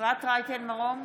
אפרת רייטן מרום,